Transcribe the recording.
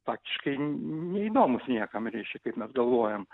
faktiškai neįdomus niekam reiškia kaip mes galvojam